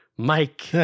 Mike